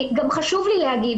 גם חשוב לי להגיד,